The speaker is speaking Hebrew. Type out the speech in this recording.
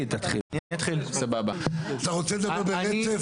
אתה רוצה לדבר ברצף?